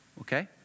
Okay